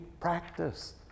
practice